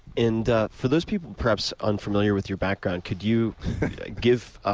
and ah for those people perhaps unfamiliar with your background, could you give ah